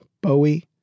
Bowie